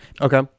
Okay